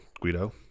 Guido